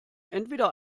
entweder